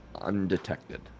undetected